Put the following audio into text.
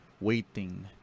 waiting